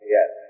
Yes